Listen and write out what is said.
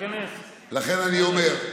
לכן אני אומר,